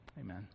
Amen